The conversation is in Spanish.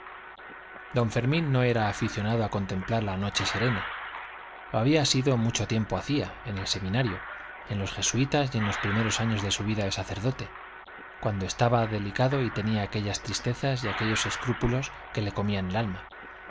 don fermín no era aficionado a contemplar la noche serena lo había sido mucho tiempo hacía en el seminario en los jesuitas y en los primeros años de su vida de sacerdote cuando estaba delicado y tenía aquellas tristezas y aquellos escrúpulos que le comían el alma